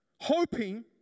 hoping